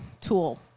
tool